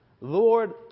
Lord